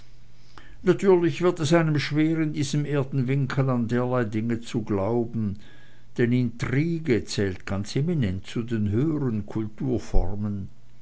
natürlich wird es einem schwer in diesem erdenwinkel an derlei dinge zu glauben denn intrige zählt ganz eminent zu den höheren kulturformen